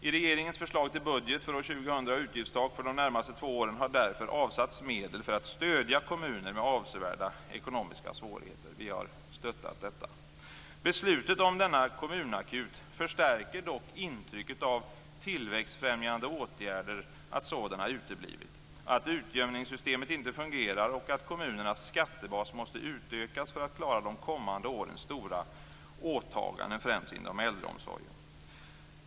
I regeringens förslag till budget för år 2000 och utgiftstak för de närmaste två åren har därför medel avsatts för att stödja kommuner med avsevärda ekonomiska svårigheter. Vi har stöttat detta. Beslutet om denna kommunakut förstärker dock intrycket av att tillväxtfrämjande åtgärder uteblivit, att utjämningssystemet inte fungerar och att kommunernas skattebas måste utökas för att klara de kommande årens stora åtaganden, främst inom äldreomsorgen.